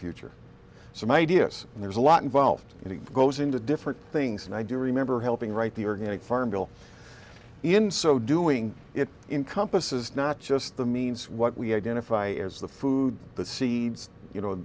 future so maybe yes and there's a lot involved and it goes into different things and i do remember helping write the organic farm bill in so doing it in compass is not just the means what we identify as the food the seeds you know